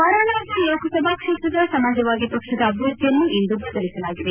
ವಾರಾಣಸಿ ಲೋಕಸಭಾ ಕ್ಷೇತ್ರದ ಸಮಾಜವಾದಿ ಪಕ್ಷದ ಅಭ್ಯರ್ಥಿಯನ್ನು ಇಂದು ಬದಲಿಸಲಾಗಿದೆ